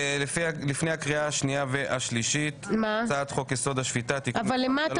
אמנם ההצעה מורכבת משני חוקים, חוק יסוד וחוק בתי